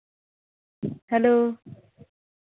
hello